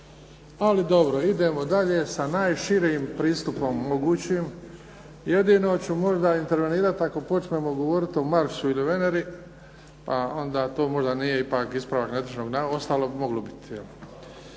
Ali dobro, idemo dalje sa najširim pristupom mogućim. Jedino ću možda intervenirat ako počnemo govoriti o Marsu ili Veneri pa onda to možda nije ipak ispravak netočnog navoda, ostalo bi moglo biti.